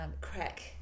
crack